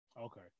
Okay